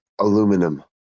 aluminum